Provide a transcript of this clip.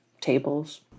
tables